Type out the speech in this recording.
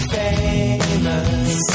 famous